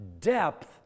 Depth